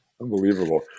Unbelievable